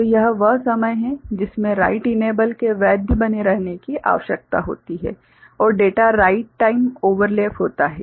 तो यह वह समय है जिसमें राइट इनेबल के वैध बने रहने की आवश्यकता होती है और डेटा राइट टाइम ओवरलैप होता है